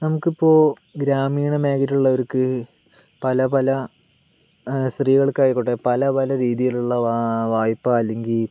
നമുക്കിപ്പോൾ ഗ്രാമീണ മേഖലയിൽ ഉള്ളവർക്ക് പല പല സ്ത്രീകൾക്ക് ആയിക്കോട്ടെ പല പല രീതിയിലുള്ള വായ്പ അല്ലെങ്കിൽ